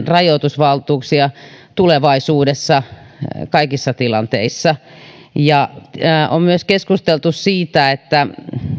rajoitusvaltuuksia tulevaisuudessa kaikissa tilanteissa on myös keskustelu siitä että